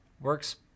works